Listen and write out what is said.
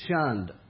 shunned